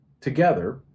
together